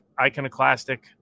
iconoclastic